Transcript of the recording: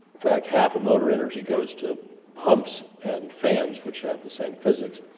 fact, half of motor energy goes to pumps and fans which have the same physics,